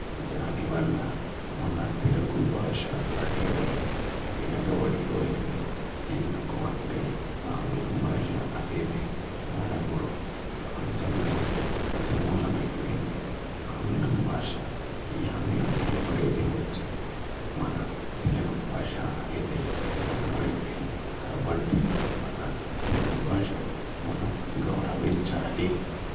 దానివల్ల మన తెలుగు భాష అనేది వెనక పడిపోయింది ఎందుకు అంటే ఆంగ్లం భాష అనేది మనగాడు ప్రపంచంలోని అతి మూలమైపోయింది ఆంగ్లం భాష ఈ ఆంగ్లం ఎప్పుడైతే వచ్చిందో మన తెలుగు భాష అనేది వెనకబడిపోయింది కాబట్టి మన తెలుగు భాషని మనం గౌరవించాలి